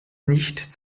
nicht